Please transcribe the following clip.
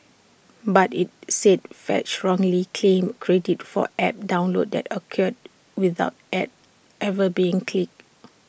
but IT said fetch wrongly claimed credit for app downloads that occurred without ads ever being clicked